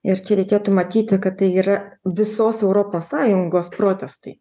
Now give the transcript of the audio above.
ir čia reikėtų matyti kad tai yra visos europos sąjungos protestai